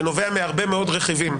שנובע מהרבה מאוד רכיבים.